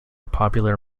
popular